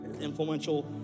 influential